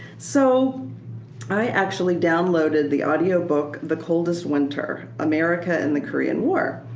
so i actually downloaded the audiobook the coldest winter america and the korean war.